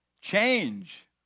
change